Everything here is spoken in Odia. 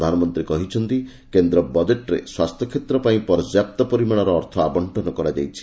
ପ୍ରଧାନମନ୍ତ୍ରୀ କହିଛନ୍ତି କେନ୍ଦ୍ର ବଜେଟ୍ରେ ସ୍ୱାସ୍ଥ୍ୟକ୍ଷେତ୍ର ପାଇଁ ପର୍ଯ୍ୟାପ୍ତ ପରିମାଣର ଅର୍ଥ ଆବଶ୍ଚନ କରାଯାଇଛି